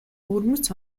өвөрмөц